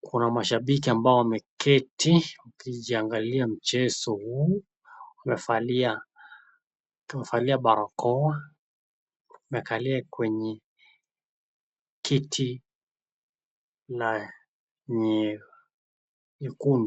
Kuna mashabiki ambao wameketi wakijiangalia mchezo huu. Wamevalia, wamevalia barakoa. Wamekalia kwenye kiti na nyekundu.